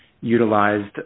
utilized